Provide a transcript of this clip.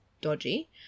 dodgy